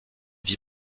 vie